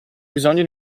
bisogno